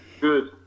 good